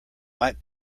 might